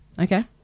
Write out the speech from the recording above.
Okay